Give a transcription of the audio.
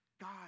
God